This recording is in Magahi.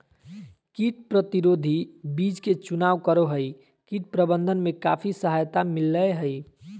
कीट प्रतिरोधी बीज के चुनाव करो हइ, कीट प्रबंधन में काफी सहायता मिलैय हइ